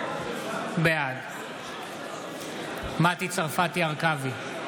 בעד מטי צרפתי הרכבי,